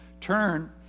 turn